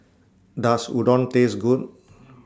Does Udon Taste Good